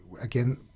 Again